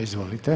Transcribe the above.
Izvolite.